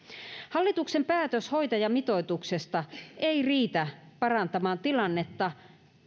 hallituksen päätös hoitajamitoituksesta ei riitä parantamaan tilannetta